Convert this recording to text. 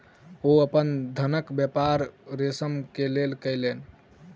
ओ अपन धानक व्यापार रेशम के लेल कय लेलैन